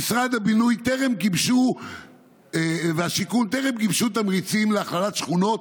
במשרד הבינוי והשיכון טרם גיבשו תמריצים להכללת שכונות.